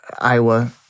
Iowa